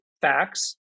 facts